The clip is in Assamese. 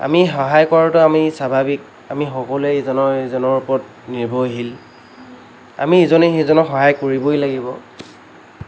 আমি সহায় কৰাতো আমি স্বাভাৱিক আমি সকলোৱে ইজনে সিজনৰ ওপৰত নিৰ্ভশীল আমি ইজনে সিজনক সহায় কৰিবই লাগিব